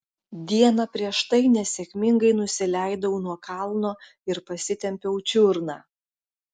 dieną prieš tai nesėkmingai nusileidau nuo kalno ir pasitempiau čiurną